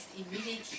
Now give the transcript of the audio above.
immediately